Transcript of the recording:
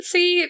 See